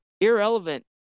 irrelevant